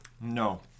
No